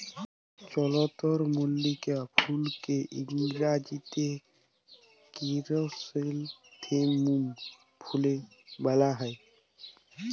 চলদরমল্লিকা ফুলকে ইংরাজিতে কেরাসনেথেমুম ফুল ব্যলা হ্যয়